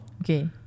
Okay